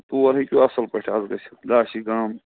تور ہیٚکِو اَصٕل پٲٹھۍ اَز گٔژھِتھ داچھی گام